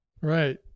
Right